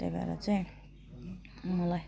त भएर चाहिँ मलाई